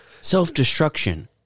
Self-destruction